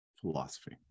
philosophy